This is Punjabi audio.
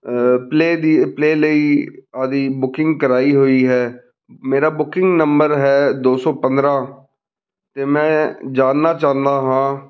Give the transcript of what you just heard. ਪਲੇ ਦੀ ਪਲੇ ਲਈ ਉਹਦੀ ਬੁਕਿੰਗ ਕਰਵਾਈ ਹੋਈ ਹੈ ਮੇਰਾ ਬੁਕਿੰਗ ਨੰਬਰ ਹੈ ਦੋ ਸੌ ਪੰਦਰ੍ਹਾਂ ਅਤੇ ਮੈਂ ਜਾਣਨਾ ਚਾਹੁੰਦਾ ਹਾਂ